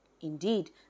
Indeed